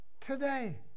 Today